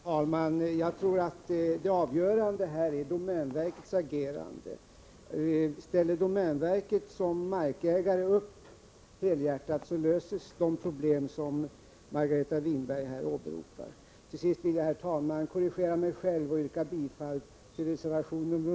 Herr talman! Jag tror att det avgörande här är domänverkets agerande. Ställer domänverket helhjärtat upp som markägare löses de problem Margareta Winberg åberopar.